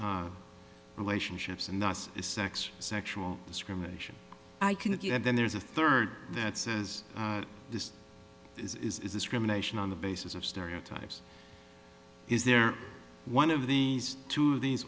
no relationships and thus is sex sexual discrimination i can then there's a third that says this is discrimination on the basis of stereotypes is there one of these two these